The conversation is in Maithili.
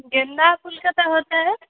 गेंदा फुलके तऽ होतै